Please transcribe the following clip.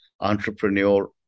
entrepreneur